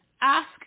Ask